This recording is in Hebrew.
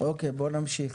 אוקיי, בואו נמשיך.